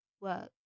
work